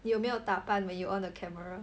你有没有打扮 when you on the camera